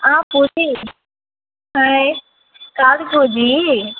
Purni hi కాదు పూర్ణీ